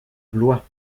blois